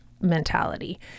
Mentality